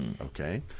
Okay